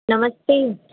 नमस्ते